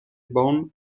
bonn